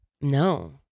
No